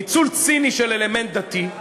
ניצול ציני של אלמנט דתי.